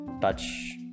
touch